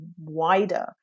wider